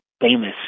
famous